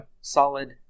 Solid